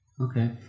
Okay